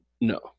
No